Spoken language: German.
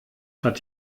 hat